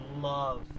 love